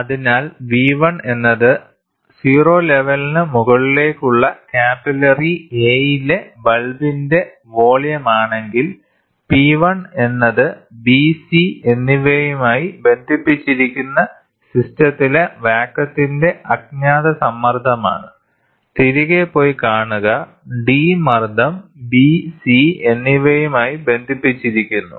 അതിനാൽ V1 എന്നത് O ലെവലിനു മുകളിലുള്ള ക്യാപില്ലറി A യിലെ ബൾബിന്റെ വോളിയമാണെങ്കിൽ P1 എന്നത് BC എന്നിവയുമായി ബന്ധിപ്പിച്ചിരിക്കുന്ന സിസ്റ്റത്തിലെ വാതകത്തിന്റെ അജ്ഞാത സമ്മർദ്ദമാണ് തിരികെ പോയി കാണുക D മർദ്ദം B C എന്നിവയുമായി ബന്ധിപ്പിച്ചിരിക്കുന്നു